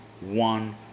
one